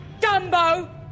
Dumbo